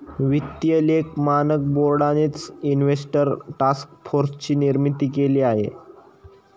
वित्तीय लेख मानक बोर्डानेच इन्व्हेस्टर टास्क फोर्सची स्थापना केलेली आहे